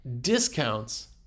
discounts